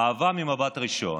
אהבה ממבט ראשון,